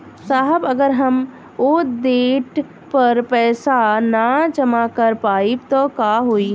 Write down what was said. साहब अगर हम ओ देट पर पैसाना जमा कर पाइब त का होइ?